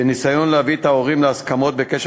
בניסיון להביא את ההורים להסכמות בקשר